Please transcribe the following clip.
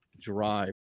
drive